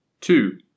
two